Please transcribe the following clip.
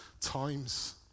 times